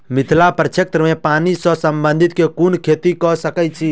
मिथिला प्रक्षेत्र मे पानि सऽ संबंधित केँ कुन खेती कऽ सकै छी?